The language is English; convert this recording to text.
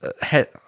head